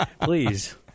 Please